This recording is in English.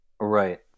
Right